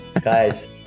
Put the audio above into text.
Guys